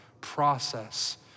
process